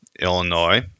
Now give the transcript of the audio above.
Illinois